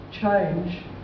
change